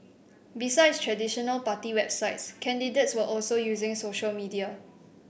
besides traditional party websites candidates were also using social media